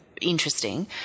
interesting